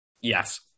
Yes